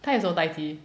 他有什么 dai ji